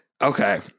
okay